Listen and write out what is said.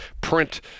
print